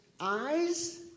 Eyes